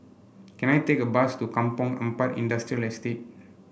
can I take a bus to Kampong Ampat Industrial Estate